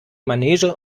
manege